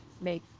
Make